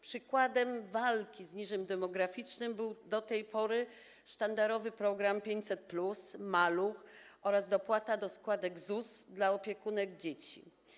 Przykładem walki z niżem demograficznym były do tej pory sztandarowy program 500+, program „Maluch+” oraz dopłaty do składek ZUS dla opiekunek dzieci.